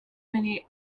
many